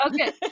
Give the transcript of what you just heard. Okay